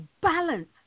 balance